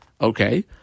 Okay